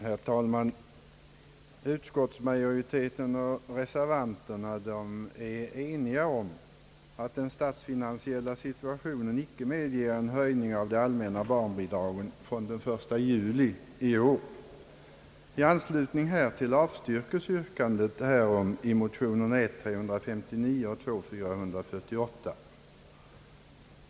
Herr talman! Utskottsmajoriteten och reservanterna är eniga om att den statsfinansiella situationen icke medger en höjning av de allmänna barnbidragen från den 1 juli i år. I anslutning härtill avstyrkes yrkandet härom i motionerna I: 359 och II: 448.